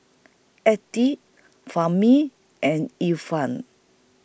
Fahmi and Irfan